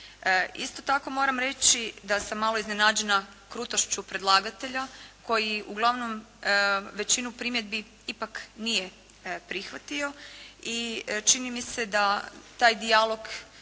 Isto tako moram reći da sam malo iznenađena krutošću predlagatelja koji uglavnom većinu primjedbi ipak nije prihvatio i čini mi se da taj dijalog